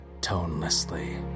tonelessly